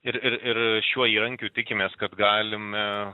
ir ir ir šiuo įrankiu tikimės kad galime